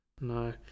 No